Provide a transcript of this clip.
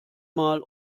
mal